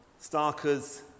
starkers